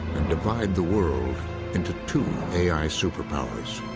divide the world into two a i. superpowers.